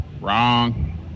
Wrong